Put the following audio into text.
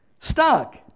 Stuck